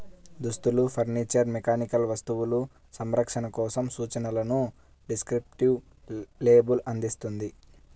దుస్తులు, furniture, mechanical వస్తువులు, సంరక్షణ కోసం సూచనలను డిస్క్రిప్టివ్ లేబుల్ అందిస్తుంది